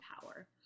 power